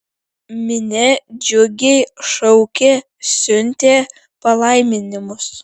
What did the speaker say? minia džiugiai šaukė siuntė palaiminimus